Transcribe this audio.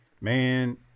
man